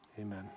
Amen